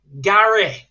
Gary